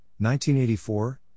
1984